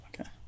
Okay